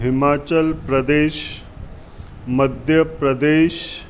Himachal Pradesh Madhya Pradesh